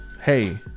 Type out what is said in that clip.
hey